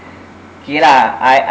kay lah I